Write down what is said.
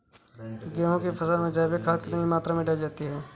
गेहूँ की फसल में जैविक खाद कितनी मात्रा में डाली जाती है?